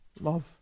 love